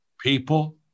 People